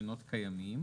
רישיונות קיימים